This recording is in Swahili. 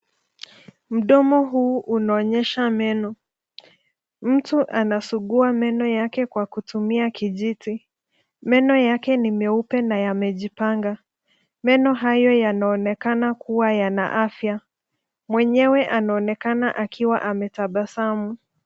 Mdomo huu unaonyesha meno mtu anasugua meno yake kwa kutumia kijiti meno yake ni meupe na yamejipanga meno hayo yanaonekana kuwa yanaafya mwenyewe anaonekana akiwa ametabasamu.